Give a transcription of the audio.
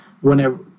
whenever